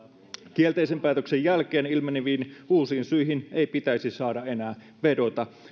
kielteisen päätöksen jälkeen ilmeneviin uusiin syihin ei pitäisi saada enää vedota